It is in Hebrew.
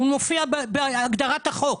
הוא מופיע בהגדרת החוק.